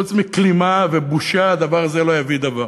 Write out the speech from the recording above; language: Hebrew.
חוץ מכלימה ובושה הדבר הזה לא יביא דבר.